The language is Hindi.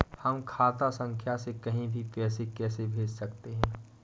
हम खाता संख्या से कहीं भी पैसे कैसे भेज सकते हैं?